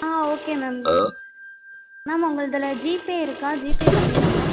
ஆ okay ma'am ma'am உங்களுதில் GPay இருக்கா GPay பண்ணிடலாமா